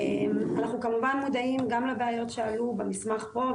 אנחנו מודעים גם לבעיות שעלו במסמך פה,